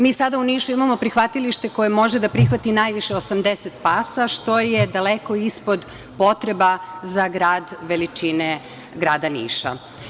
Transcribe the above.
Mi sada u Nišu imamo prihvatilište koje može da primi najviše 80 pasa, što je daleko ispod potreba za grad veličine grada Niša.